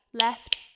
left